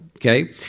Okay